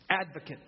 advocate